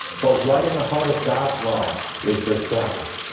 but right in the heart of god's law is the sabbath.